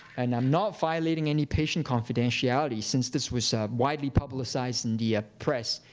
and i'm not violating any patient confidentiality since this was widely publicized in the ah press.